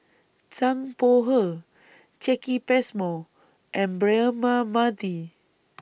Zhang Bohe Jacki Passmore and Braema Mathi